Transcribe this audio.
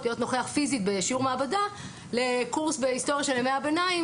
להיות נוכח פיזית בקורס מעבדה לקורס בהיסטוריה של ימי הביניים,